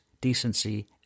decency